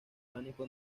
pánico